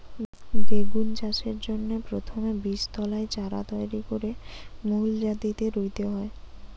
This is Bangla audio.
বেগুন চাষের জন্যে প্রথমে বীজতলায় চারা তৈরি কোরে মূল জমিতে রুইতে হয়